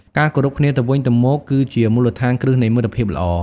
ការគោរពគ្នាទៅវិញទៅមកគឺជាមូលដ្ឋានគ្រឹះនៃមិត្តភាពល្អ។